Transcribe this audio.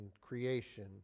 creation